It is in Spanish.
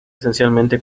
esencialmente